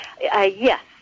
Yes